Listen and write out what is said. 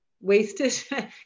wasted